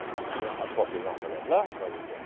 त्यो अर्को हप्ता जाऊँ बजार ल बजार लिऊँ